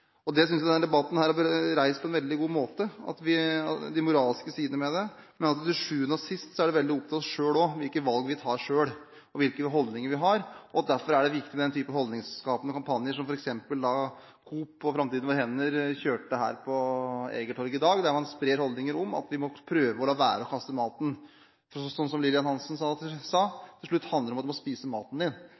Jeg synes denne debatten på en veldig god måte har reist de moralske sidene ved dette, og vist at det til syvende og sist er opp til oss selv, hvilke valg vi selv tar, hvilke holdninger vi har. Derfor er det viktig med den type holdningsskapende kampanjer som f.eks. Coop og Framtiden i våre hender kjørte på Egertorget i dag, der man sprer holdninger om at man må prøve å la være å kaste maten. For som Lillian Hansen sa, handler det til slutt om at du må spise opp maten din hvis du har kjøpt inn